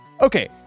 Okay